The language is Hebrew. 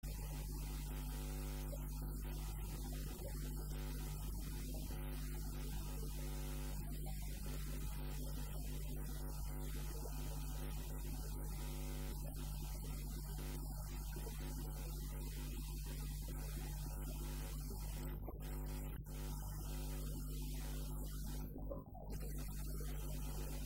... זה כלל אלטרואיסטי. אני חושב שמי שעוסק בזה בהגדרות היפות ביותר ובניסוח היפה ביותר זה אחד המקורות המופלאים זה הקדמה של רבש"י בן שקופ לספר שערי ישר, באמת מהדברים היותר יפים ויותר מופלאים שיתנו לנו עכשיו הבנה לכל השיעור הכללי שהיה. אז בואו נראה את הדברים. ... כפי שאתם רואים, שיש שלוש נקודות בסופו של דבר לא ציטטתי את הכל...